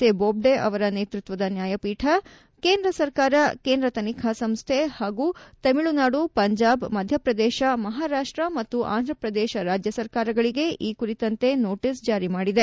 A ಬೊಜ್ನೆ ಅವರ ನೇತೃತ್ವದ ನ್ನಾಯಪೀಠ ಕೇಂದ್ರ ಸರ್ಕಾರ ಕೇಂದ್ರ ತನಿಖಾ ಸಂಸ್ನೆ ಹಾಗೂ ತಮಿಳುನಾಡು ಪಂಜಾಬ್ ಮಧ್ಯಪ್ರದೇಶ ಮಹಾರಾಪ್ಸ ಮತ್ತು ಅಂಧಪ್ರದೇಶ ರಾಜ್ಲಸರ್ಕಾರಗಳಿಗೆ ಈ ಕುರಿತಂತೆ ನೋಟಸ್ ಜಾರಿ ಮಾಡಿದೆ